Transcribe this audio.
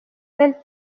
del